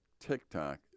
TikTok